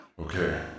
Okay